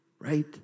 right